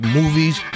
movies